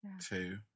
two